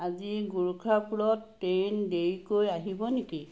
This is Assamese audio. আজি গোৰখাপুৰত ট্ৰেইন দেৰিকৈ আহিব নেকি